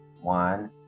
one